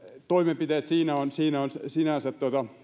toimenpiteet siinä ovat sinänsä